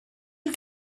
you